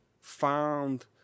found